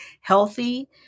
healthy